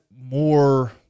more